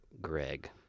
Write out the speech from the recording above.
Greg